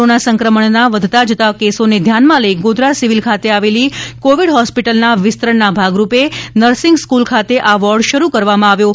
corona સંક્રમણના વધતા જતા કેસોને ધ્યાનમાં લઈ ગોધરા સિવિલ ખાતે આવેલી કોવિડ હોસ્પિટલના વિસ્તરણના ભાગરૂપે નર્સિંગ સ્કૂલ ખાતે આ વોર્ડ શરૂ કરવામાં આવ્યો છે